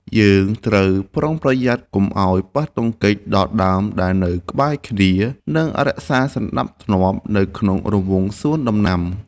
យើងត្រូវប្រុងប្រយ័ត្នកុំឱ្យប៉ះទង្គិចដល់ដើមដែលនៅក្បែរគ្នា និងរក្សាសណ្តាប់ធ្នាប់នៅក្នុងរង្វង់សួនដំណាំ។